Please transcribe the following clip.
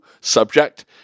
subject